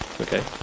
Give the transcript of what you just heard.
Okay